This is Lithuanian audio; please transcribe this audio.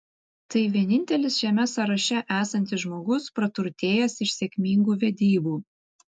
tai vienintelis šiame sąraše esantis žmogus praturtėjęs iš sėkmingų vedybų